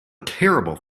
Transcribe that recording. terrible